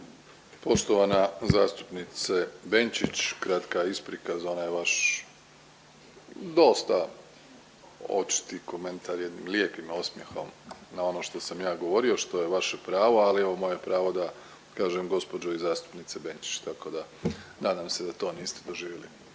Poštovana zastupnice Benčić, kratka isprika za onaj vaš dosta očiti komentar jednim lijepim osmijehom na ono što sam ja govorio, što je vaše pravo ali evo moje je pravo da kažem gospođo i zastupnice Benčić tako da nadam se da to niste doživjeli